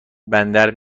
بندر